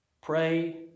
Pray